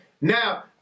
Now